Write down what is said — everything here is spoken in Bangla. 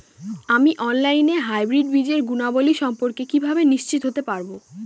আমি অনলাইনে হাইব্রিড বীজের গুণাবলী সম্পর্কে কিভাবে নিশ্চিত হতে পারব?